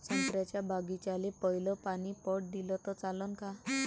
संत्र्याच्या बागीचाले पयलं पानी पट दिलं त चालन का?